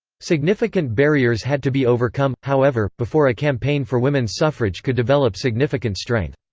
significant barriers had to be overcome, however, before a campaign for women's suffrage could develop significant strength.